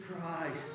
Christ